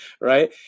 right